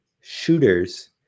shooters